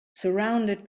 surrounded